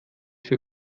für